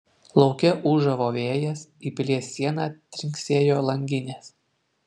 lauke ūžavo vėjas į pilies sieną trinksėjo langinės